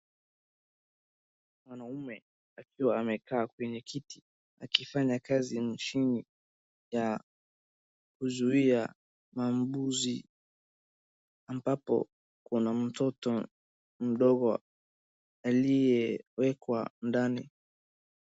Mwanaume akiwa amekaa kwenye kiti akifanya kazi kwa mashini ya kuzuia maambuzi ambapo kuna mtoto mdogo aliyewekwa ndani.